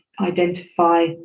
identify